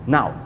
Now